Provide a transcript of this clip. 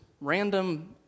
random